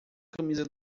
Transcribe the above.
camisa